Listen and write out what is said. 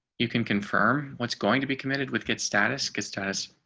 you can confirm. what's going to be committed with get status because to us,